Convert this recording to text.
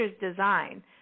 design